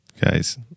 Guys